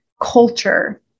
culture